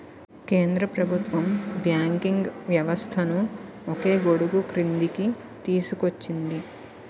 కేంద్ర ప్రభుత్వం బ్యాంకింగ్ వ్యవస్థను ఒకే గొడుగుక్రిందికి తీసుకొచ్చింది